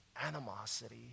animosity